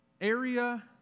area